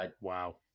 wow